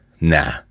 Nah